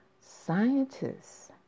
scientists